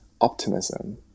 optimism